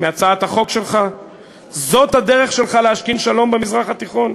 זאת הדרך שלך להשכין שלום במזרח התיכון?